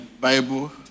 Bible